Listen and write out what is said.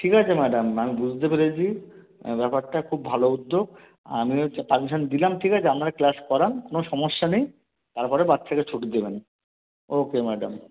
ঠিক আছে ম্যাডাম আমি বুঝতে পেরেছি ব্যাপারটা খুব ভালো উদ্যোগ আমি হচ্ছে পারমিশান দিলাম ঠিক আছে আপনারা ক্লাস করান কোনো সমস্যা নেই তার পরে বাচ্চাকে ছুটি দেবেন ও কে ম্যাডাম